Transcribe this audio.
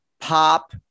pop